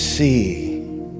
See